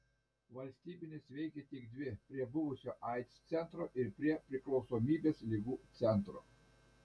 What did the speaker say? valstybinės veikė tik dvi prie buvusio aids centro ir prie priklausomybės ligų centro